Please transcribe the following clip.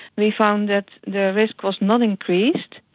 we found that the risk was not increased,